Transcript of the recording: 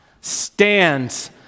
stands